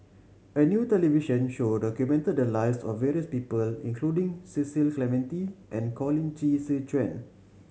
a new television show documented the lives of various people including Cecil Clementi and Colin Qi Zhe Quan